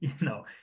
No